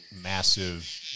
massive